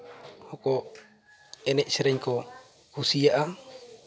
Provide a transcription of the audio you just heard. ᱠᱚ ᱮᱱᱮᱡ ᱥᱮᱨᱮᱧ ᱠᱚ ᱠᱩᱥᱤᱭᱟᱜᱼᱟ